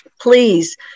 Please